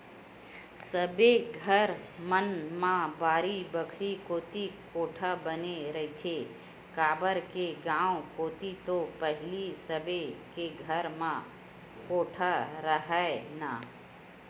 सबे घर मन म बाड़ी बखरी कोती कोठा बने रहिथे, काबर के गाँव कोती तो पहिली सबे के घर म कोठा राहय ना